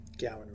Gowan